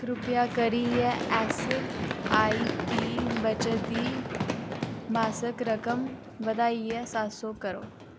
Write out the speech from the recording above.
कृपा करियै ऐस्सआईपी बचत दी मासक रकम बधाइयै सत्त सौ करो